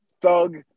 thug